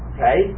Okay